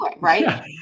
right